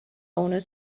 owner